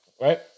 right